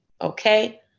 okay